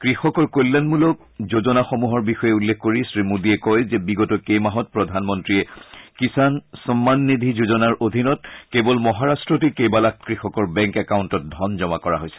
কৃষকৰ কল্যাণমূলক যোজনাসমূহৰ বিষয়ে উল্লেখ কৰি শ্ৰীমোদীয়ে কয় যে বিগত কেইমাহত প্ৰধানমন্ত্ৰীয়ে কিষাণ সন্মান নিধি যোজনাৰ অধীনত কেৱল মহাৰট্টতেই কেইবালাখ কৃষকৰ বেংক একাউণ্টত ধন জমা কৰা হৈছে